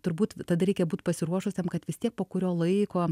turbūt tada reikia būt pasiruošusiam kad vis tiek po kurio laiko